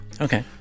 Okay